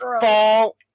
fall